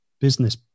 business